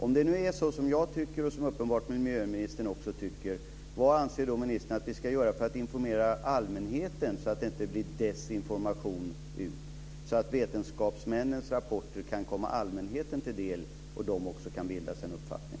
Om det nu är så, som jag tycker och som miljöministern uppenbarligen också tycker, vad anser då ministern att vi ska göra för att informera allmänheten så att det inte blir desinformation, så att vetenskapsmännens rapporter kan komma allmänheten till del och de också kan bilda sig en uppfattning.